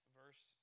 verse